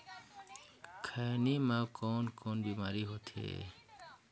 खैनी म कौन कौन बीमारी होथे?